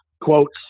quotes